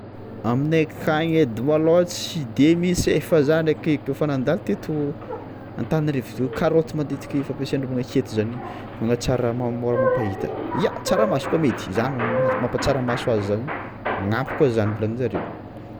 Aminay akagny edy malôha tsy de misy e fa za ndraiky e kaofa nandalo teto Antananarivo karaoty matetiky fampiasan'ôlogno aketo zany, managatsara ma- môra mampahita, ya tsaramaso koa mety, zany no ma- mampahatsara maso an'izaho, magnampy koa zany volanin-jareo.